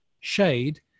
shade